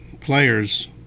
players –